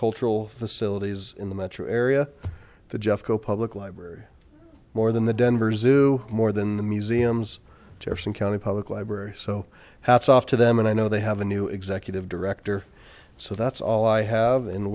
cultural facilities in the metro area the jeffco public library more than the denver zoo more than the museum's jefferson county public library so hats off to them and i know they have a new executive director so that's all i have and